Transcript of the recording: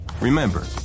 Remember